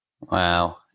Wow